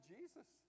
Jesus